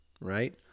right